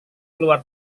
keluar